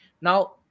Now